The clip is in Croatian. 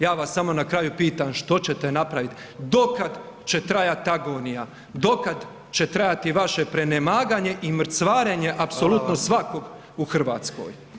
Ja vas samo na kraju pitam što ćete napravit, dokad će trajat agonija, dokad će trajati vaše prenemaganje i mrcvarenje apsolutno [[Upadica: Hvala vam]] svakog u RH?